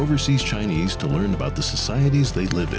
overseas chinese to learn about the societies they live